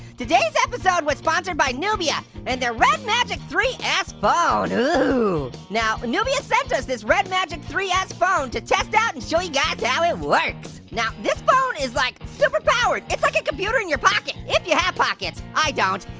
today's episode was sponsored by nubia and their red magic three s but phone. now, nubia sent us this red magic three s phone to test out and show you guys how it works. now, this phone is like, super powered, it's like a computer in your pocket, if you have pockets. i don't.